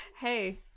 Hey